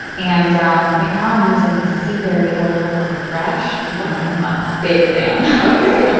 and um right now i'm using a seaberry oil from fresh, and i am a big fan. okay,